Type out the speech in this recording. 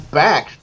back